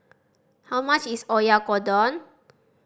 how much is Oyakodon